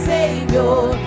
Savior